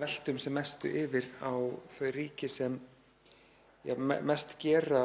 veltum sem mestu yfir á þau ríki sem mest gera